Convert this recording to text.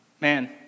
Man